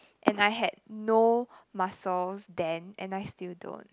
and I had no muscles then and I still don't